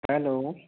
hello